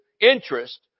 interest